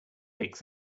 picks